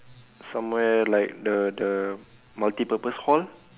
somewhere like the the multipurpose hall